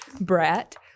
brat